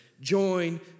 Join